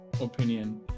opinion